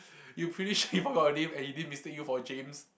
you pretty sure he forgot your name and he didn't mistake you for James